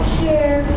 share